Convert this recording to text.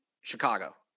Chicago